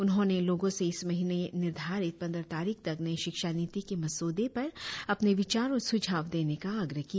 उन्होंने लोगो से इस महीने निर्धारित पंद्रह तारीख तक नई शिक्षा नीति के मसौदे पर अपने विचार और सुझाव देने का आग्रह किया